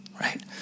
right